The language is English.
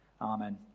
Amen